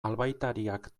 albaitariak